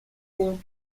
code